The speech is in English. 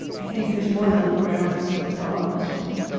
i think there's more than the ground that's going to thaw in the spring